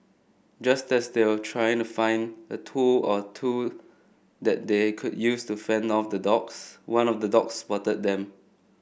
just as they were trying to find a tool or two that they could use to fend off the dogs one of the dogs spotted them